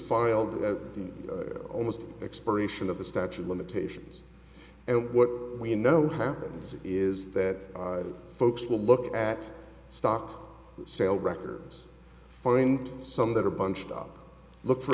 filed almost expiration of the statue of limitations and what we know happens is that folks will look at stock sale records find some that are bunched up look for